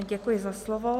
Děkuji za slovo.